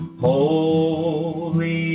Holy